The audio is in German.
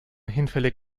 hinfällig